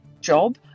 job